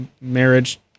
marriage